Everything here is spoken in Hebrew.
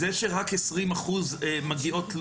העובדה שמגיע רק 20% מהתלונות,